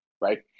right